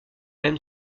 même